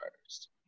first